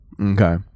Okay